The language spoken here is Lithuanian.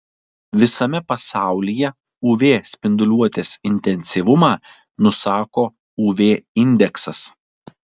visame pasaulyje uv spinduliuotės intensyvumą nusako uv indeksas